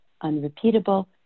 unrepeatable